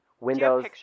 Windows